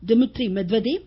Dmitry Medvedev